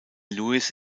lewis